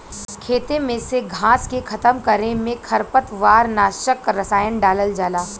खेते में से घास के खतम करे में खरपतवार नाशक रसायन डालल जाला